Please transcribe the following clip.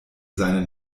seine